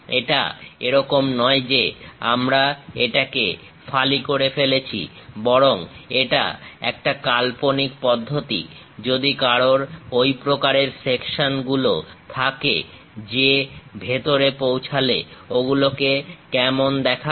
এটা এরকম নয় যে আমরা এটাকে ফালি করে ফেলেছি বরং এটা একটা কাল্পনিক পদ্ধতি যদি কারোর ওই প্রকারের সেকশন গুলো থাকে যে ভেতরে পৌঁছালে ওগুলোকে কেমন দেখাবে